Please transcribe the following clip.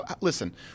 listen